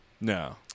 No